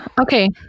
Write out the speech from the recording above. Okay